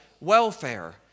welfare